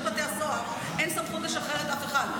אפילו בשירות בתי הסוהר אין סמכות לשחרר את אף אחד.